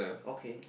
okay